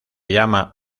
llama